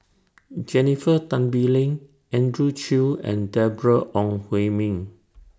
Jennifer Tan Bee Leng Andrew Chew and Deborah Ong Hui Min